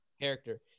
character